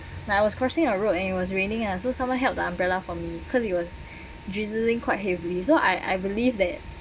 when I was crossing a road it was raining ah so someone held the umbrella from because it was drizzling quite heavily so I I believe that